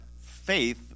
faith